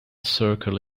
circle